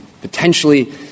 potentially